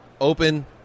Open